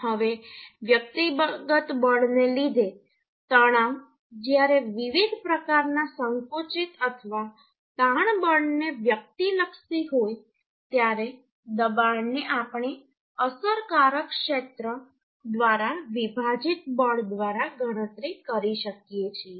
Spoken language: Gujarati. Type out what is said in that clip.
હવે વ્યક્તિગત બળને લીધે તણાવ જ્યારે વિવિધ પ્રકારના સંકુચિત અથવા તાણ બળને વ્યક્તિલક્ષી હોય ત્યારે દબાણને આપણે અસરકારક ક્ષેત્ર દ્વારા વિભાજિત બળ દ્વારા ગણતરી કરી શકીએ છીએ